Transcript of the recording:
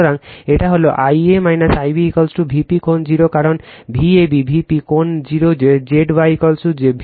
সুতরাং এটা হল Ia Ib Vp কোণ 0 কারণ Vab Vp কোণ 0 zy VL কোণ 0 Zy